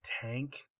tank